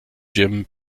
jim